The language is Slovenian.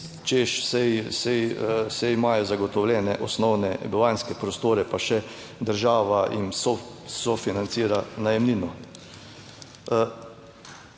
saj imajo zagotovljene osnovne bivanjske prostore, pa še država jim sofinancira najemnino.